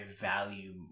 value